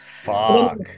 Fuck